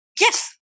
Yes